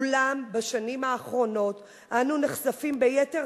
אולם בשנים האחרונות אנו נחשפים ביתר